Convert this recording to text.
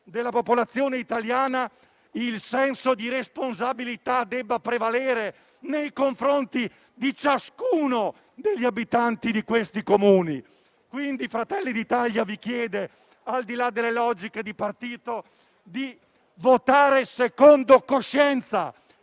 della popolazione italiana, il senso di responsabilità deve prevalere nei confronti di ciascuno degli abitanti di questi Comuni. Quindi Fratelli d'Italia, al di là delle logiche di partito, vi chiede di votare secondo coscienza.